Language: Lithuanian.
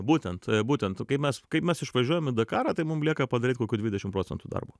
būtent būtent kai mes kaip mes išvažiuojam į dakarą tai mum lieka padaryt kokių dvidešim procentų darbo